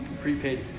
prepaid